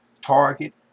target